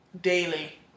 daily